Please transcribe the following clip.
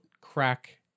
crack